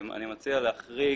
אני מציע להחריג